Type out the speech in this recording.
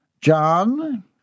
John